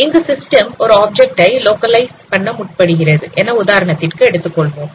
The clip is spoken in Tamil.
இங்கு சிஸ்டம் ஒரு ஆப்ஜெக்ட் ஐ லோக்கலைஸ் பண்ண முற்படுகிறது என உதாரணத்திற்கு எடுத்துக் கொள்வோம்